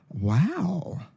Wow